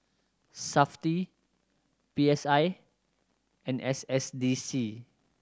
Safti P S I and S S D C